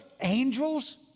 angels